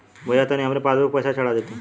भईया तनि हमरे पासबुक पर पैसा चढ़ा देती